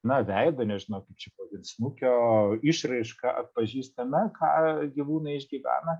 na veidą nežinau kaip čia pavadint snukio išraišką pažįstame ką gyvūnai išgyvena